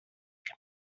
can